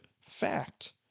fact